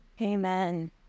Amen